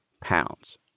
pounds